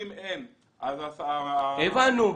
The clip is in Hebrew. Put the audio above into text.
הבנו.